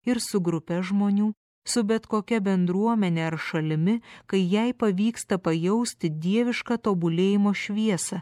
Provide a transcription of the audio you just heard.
ir su grupe žmonių su bet kokia bendruomene ar šalimi kai jai pavyksta pajausti dievišką tobulėjimo šviesą